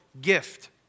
gift